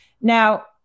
Now